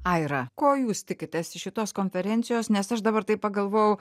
aira ko jūs tikitės iš šitos konferencijos nes aš dabar taip pagalvojau